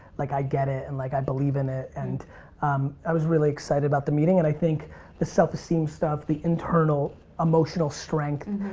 like, i get it and like i believe in it and i was really excited about the meeting. and i think the self-esteem stuff, the internal emotional strength.